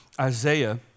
Isaiah